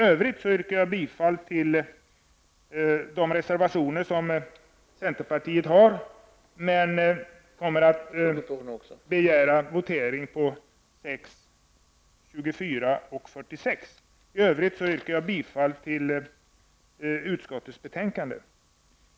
Jag stöder centerns reservationer även i övrigt men yrkar bifall bara till reservationerna 6, 24 och 46. I övriga, nu inte nämnda, delar yrkar jag bifall till utskottets hemställan.